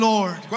Lord